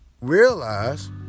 realize